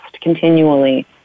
continually